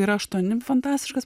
ir aštuoni fantastiškas